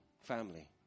family